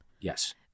Yes